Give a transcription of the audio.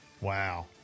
Wow